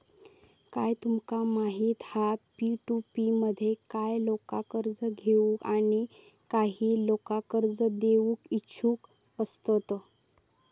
काय तुमका माहित हा पी.टू.पी मध्ये काही लोका कर्ज घेऊक आणि काही लोका कर्ज देऊक इच्छुक असतत